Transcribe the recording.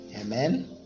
Amen